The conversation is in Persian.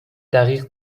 دقیق